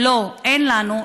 לא, אין לנו.